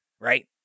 Right